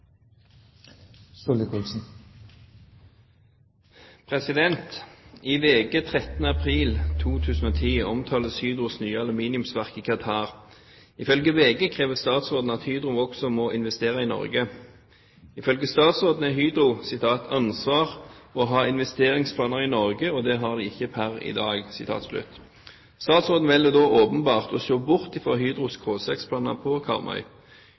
VG 13. april 2010 omtales Hydros nye aluminiumsverk i Qatar. Ifølge VG krever statsråden at Hydro også må investere i Norge. Ifølge statsråden er det Hydros «ansvar å ha investeringsplaner i Norge, og det har de ikke per i dag». Statsråden velger da åpenbart å se bort fra Hydros K6-planer på Karmøy.